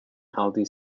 aldi